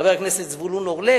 חבר הכנסת זבולון אורלב,